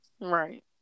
Right